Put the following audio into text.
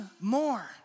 more